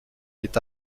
est